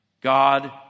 God